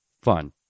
fun